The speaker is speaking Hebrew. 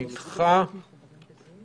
הצבעה ההסתייגות לא אושרה.